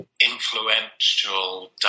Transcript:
influential